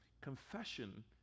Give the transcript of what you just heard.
confession